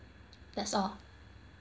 that's all